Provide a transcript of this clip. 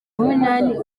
munani